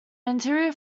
interior